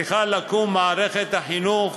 מערכת החינוך